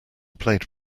played